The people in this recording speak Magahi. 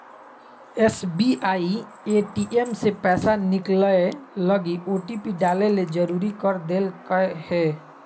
एस.बी.आई ए.टी.एम से पैसा निकलैय लगी ओटिपी डाले ले जरुरी कर देल कय हें